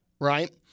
right